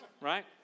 right